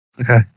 Okay